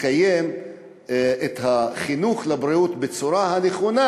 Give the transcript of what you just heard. לקיים את החינוך לבריאות בצורה הנכונה